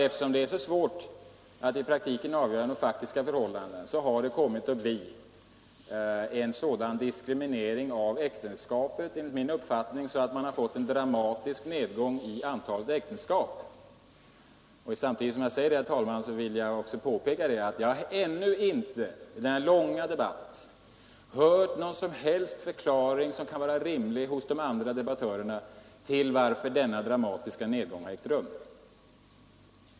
Eftersom det är så svårt att i praktiken avgöra de faktiska förhållandena, har det kommit att bli en sådan diskriminering av äktenskapet, enligt min mening, att man fått en dramatisk nedgång i antalet äktenskap. Samtidigt som jag säger detta, herr talman, vill jag också påpeka att jag ännu inte i denna långa debatt hört någon som helst förklaring som kan vara rimlig hos de andra debattörerna till varför denna dramatiska nedgång har ägt rum.